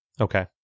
Okay